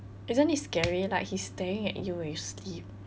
isn't it scary like he's staring at you when you sleep